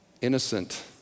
innocent